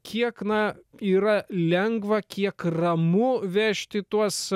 kiek na yra lengva kiek ramu vežti tuos